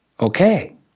okay